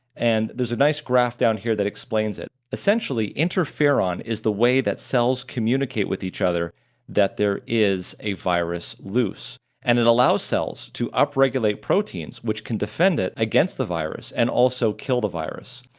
and there's a nice graph down here that explains it. essentially, interferon is the way that cells communicate with each other that there is a virus loose and it allows cells to upregulate proteins, which can defend it against the virus and also kill the virus.